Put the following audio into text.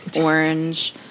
orange